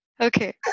Okay